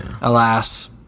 alas